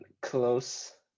close